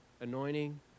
anointing